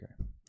okay